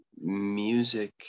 music